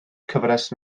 cyfres